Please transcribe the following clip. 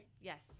Yes